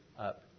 up